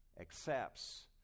accepts